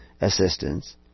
assistance